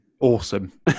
awesome